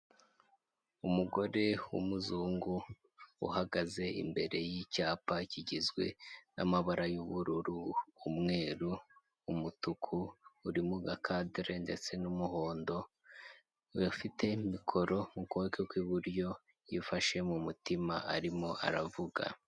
Umugore w'umuzungu uhagaze imbere y'icyapa kigizwe n'amabara y'ubururu, umweru, umutuku uri mu gakadire ndetse n'umuhondo ufite mikoro mu kuboko kw'iburyo yifashe mu mutima arimo aravuga.